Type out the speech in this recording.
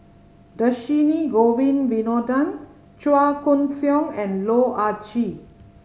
Dhershini Govin Winodan Chua Koon Siong and Loh Ah Chee